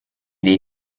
dei